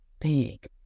big